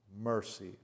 mercy